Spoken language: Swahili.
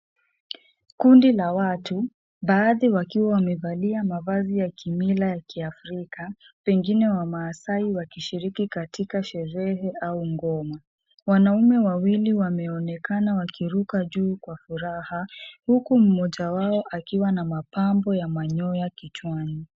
Kundi la watu baadhi wakiwa wamevalia mavazi ya kimila ya kiafrika pengine wamasaai wakishiriki katika sherehe au ngoma. Wanaume wawili wameonekana wakiruka juu kwa furaha huku mmoja wao akiwa na mapambo ya manyoya kichwani.